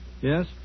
yes